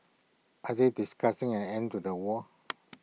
are they discussing an end to the war